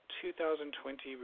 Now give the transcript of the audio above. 2020